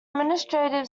administrative